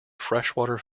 freshwater